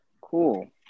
Cool